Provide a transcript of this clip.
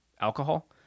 alcohol